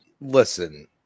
listen